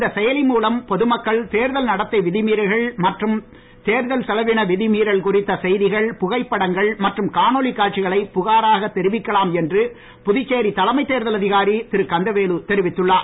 இச்செயலி மூலம் பொது மக்கள் தேர்தல் நடத்தை விதிமீறல்கள் மற்றம் தேர்தல் செலவின விதி மீறல்கள் குறித்த செய்திகள் புகைப்படங்கள் மற்றும் காணொலிக் காட்சிகளை புகாராக தெரிவிக்கலாம் என்று புதுச்சேரி தலைமை தேர்தல் அதிகாரி திரு கந்தவேலு தெரிவித்துள்ளார்